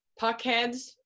puckheads